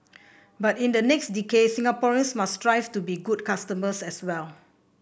but in the next decade Singaporeans must strive to be good customers as well